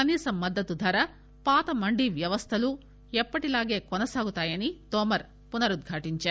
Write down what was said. కనీస మద్దతు ధర పాత మండీ వ్యవస్థలు ఎప్పటివలే కొనసాగుతాయని తోమర్ పునరుద్ఘాటించారు